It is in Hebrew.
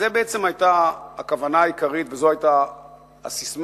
זו בעצם היתה הכוונה העיקרית וזו היתה הססמה